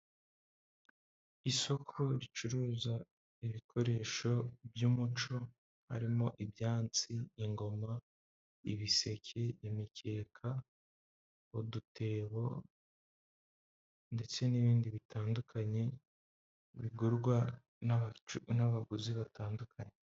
Isoko ricuruza ibikoresho by'umuco harimo ibyansi, ingoma, ibiseke, imikeka, udutebo ndetse n'ibindi bitandukanye bigurwa n'abaguzi batandukanye.